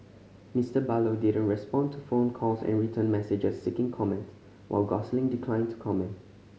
Mister Barlow didn't respond to phone calls and written messages seeking comment while Gosling declined to comment